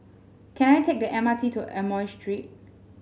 can I take the M R T to Amoy Street